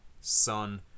Sun